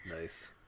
Nice